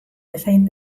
bezain